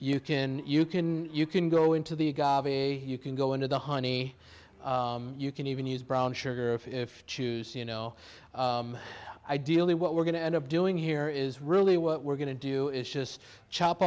you can you can you can go into the you can go into the honey you can even use brown sugar if choose you know ideally what we're going to end up doing here is really what we're going to do is just chop